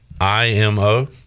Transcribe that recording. IMO